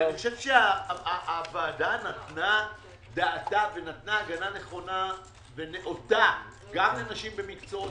אני חושב שהוועדה נתנה דעתה ונתנה הגנה נכונה ונאותה גם לנשים במקצועות